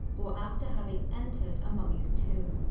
or after having entered a mummy's tomb.